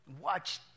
Watch